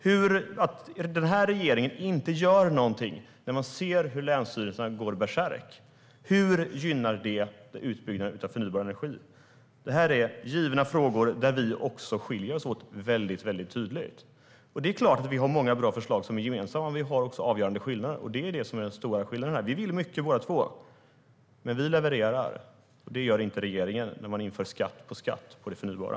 Hur gynnas den av att regeringen inte gör någonting när man ser att länsstyrelserna går bärsärkagång? Hur gynnar det utbyggnaden av förnybar energi? Detta är givna frågor där vi skiljer oss åt tydligt. Det är klart att vi har många bra förslag som är gemensamma, men vi har också avgörande skillnader. Detta är den stora skillnaden. Vi vill mycket, båda två. Men vi levererar, och det gör inte regeringen när man inför skatt på skatt på det förnybara.